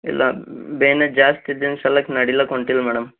ಇಲ್ಲ ಬೇನೆ ಜಾಸ್ತಿ ಇದ್ದಿದ್ ಸಲಕ್ಕ ನಡಿಲಕ್ಕ ಹೊಂಟಿಲ್ಲ ಮೇಡಮ್